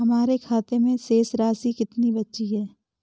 हमारे खाते में शेष राशि कितनी बची है?